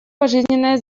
пожизненное